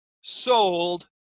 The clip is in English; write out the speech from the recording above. sold